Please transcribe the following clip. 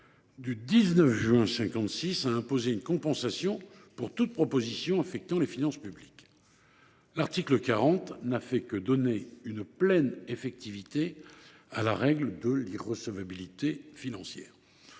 du 19 juin 1956 a imposé une compensation pour toute proposition affectant les finances publiques. L’article 40 de la Constitution n’a fait que donner une pleine effectivité à la règle de l’irrecevabilité financière.